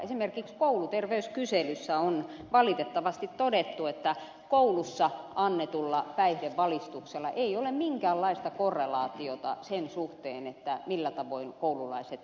esimerkiksi kouluterveyskyselyssä on valitettavasti todettu että koulussa annetulla päihdevalistuksella ei ole minkäänlaista korrelaatiota sen suhteen millä tavoin koululaiset päihteitä käyttävät